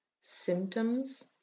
symptoms